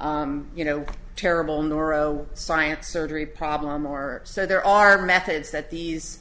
or you know terrible noro science surgery problem or so there are methods that these